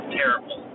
terrible